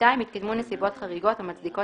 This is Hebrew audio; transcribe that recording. (2)התקיימו נסיבות חריגות המצדיקות